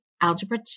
Algebra